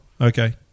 Okay